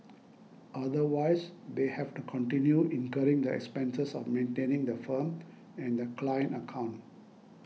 otherwise they have to continue incurring the expenses of maintaining the firm and the client account